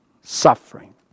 suffering